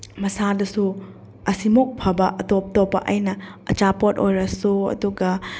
ꯃꯁꯥꯗꯁꯨ ꯑꯁꯤꯃꯨꯛ ꯐꯕ ꯑꯇꯣꯞ ꯇꯣꯞꯄ ꯑꯩꯅ ꯑꯆꯥꯄꯣꯠ ꯑꯣꯏꯔꯁꯨ ꯑꯗꯨꯒ